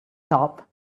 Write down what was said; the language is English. top